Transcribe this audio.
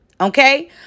Okay